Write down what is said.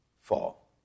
fall